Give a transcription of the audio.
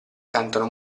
cantano